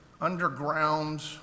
underground